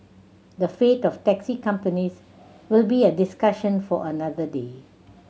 the fate of taxi companies will be a discussion for another day